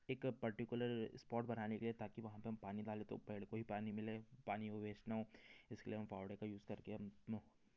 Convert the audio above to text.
एक particular spot बनाने के लिए ताकि वहाँ पे हम पानी डालें तो पेड़ को ही पानी मिले पानी वो वेस्ट ना हो इसके लिए हम फावड़े का यूज़ करके